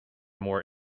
more